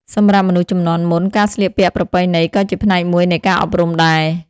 សម្រាប់មនុស្សជំនាន់មុន ការស្លៀកពាក់ប្រពៃណីក៏ជាផ្នែកមួយនៃការអប់រំដែរ។